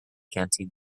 canteen